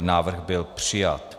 Návrh byl přijat.